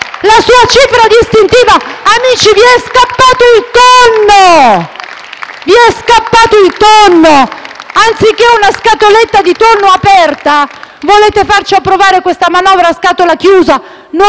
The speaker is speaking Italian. la sua cifra distintiva. Amici, vi è scappato il tonno! *(Applausi dai Gruppi FI-BP e PD)*. Anziché una scatoletta di tonno aperta, volete farci approvare questa manovra a scatola chiusa.